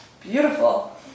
Beautiful